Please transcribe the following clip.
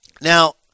Now